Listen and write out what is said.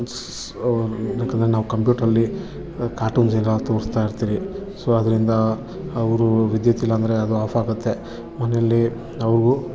ಯಾಕಂದರೆ ನಾವು ಕಂಪ್ಯೂಟ್ರಲ್ಲಿ ಕಾರ್ಟೂನ್ಸ್ ಎಲ್ಲ ತೋರಸ್ತಾಯಿರ್ತೀರಿ ಸೋ ಅದರಿಂದ ಅವರು ವಿದ್ಯುತ್ತಿಲ್ಲಾಂದರೆ ಅದು ಆಫ್ ಆಗತ್ತೆ ಮನೆಯಲ್ಲಿ ಅವ್ರಿಗೂ